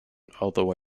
although